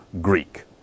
Greek